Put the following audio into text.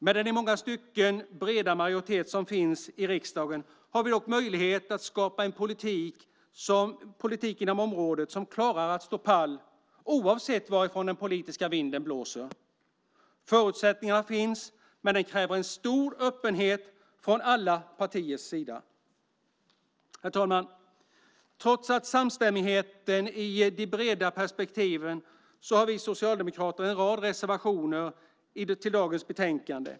Med den i många stycken breda majoritet som finns i riksdagen har vi dock möjlighet att skapa en politik inom området som klarar att stå pall oavsett varifrån den politiska vinden blåser. Förutsättningarna finns, men det kräver en stor öppenhet från alla partiers sida. Herr talman! Trots samstämmigheten i de breda perspektiven har vi socialdemokrater en rad reservationer till dagens betänkande.